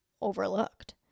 overlooked